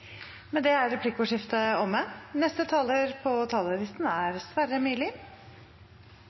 Med det er replikkordskiftet omme.